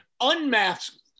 unmasked